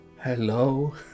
Hello